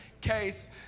case